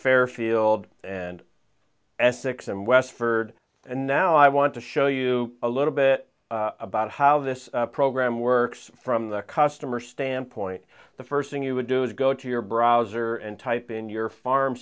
fairfield and essex and westford and now i want to show you a little bit about how this program works from the customer standpoint the first thing you would do is go to your browser and type in your farm